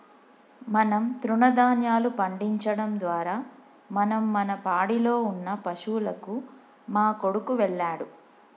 మనం తృణదాన్యాలు పండించడం ద్వారా మనం మన పాడిలో ఉన్న పశువులకు మా కొడుకు వెళ్ళాడు